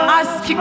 ask